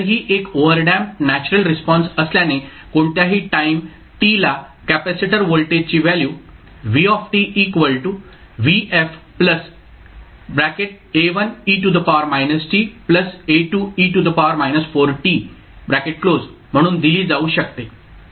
तर ही एक ओव्हरडॅम्प्ड नॅचरल रिस्पॉन्स असल्याने कोणत्याही टाईम t ला कॅपेसिटर व्होल्टेजची value v vf A1e t A2e 4t म्हणून दिली जाऊ शकते